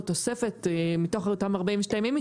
או התוספת מתוך אותם 42 ימים,